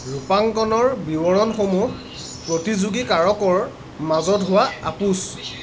ৰূপাঙ্কণৰ বিৱৰণসমূহ প্ৰতিযোগী কাৰকৰ মাজত হোৱা আপোচ